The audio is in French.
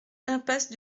impasse